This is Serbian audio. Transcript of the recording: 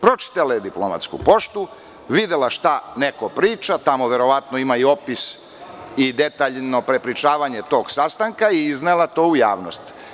Pročitala je diplomatsku poštu, videla šta neko priča, tamo verovatno ima i opis i detaljno prepričavanje tog sastanka i iznela to u javnost.